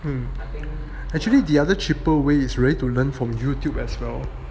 mm actually the other cheaper way is really to learn from Youtube as well